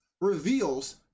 reveals